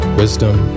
Wisdom